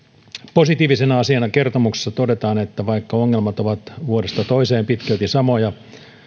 positiivisena asiana kertomuksessa todetaan että vaikka ongelmat ovat vuodesta toiseen pitkälti samoja